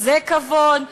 זה כבוד.